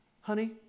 Honey